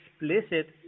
explicit